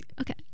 Okay